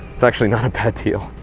that's actually not a bad deal.